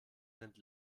sind